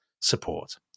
support